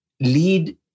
lead